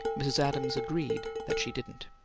mrs. adams agreed that she didn't.